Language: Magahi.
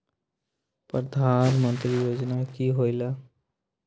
प्रधान मंत्री योजना कि होईला?